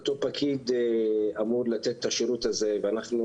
אותו פקיד אמור לתת את השירות הזה ואנחנו